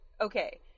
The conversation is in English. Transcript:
Okay